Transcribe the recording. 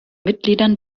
mitgliedern